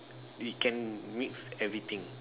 it can mix everything